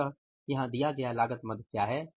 अतः यहां दिया गया लागत मद क्या है